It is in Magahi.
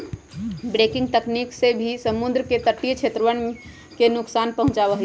ब्रेकिंग तकनीक से भी समुद्र के तटीय क्षेत्रवन के नुकसान पहुंचावा हई